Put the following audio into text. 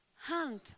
hand